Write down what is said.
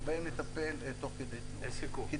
שבהם נטפל תוך כדי תנועה.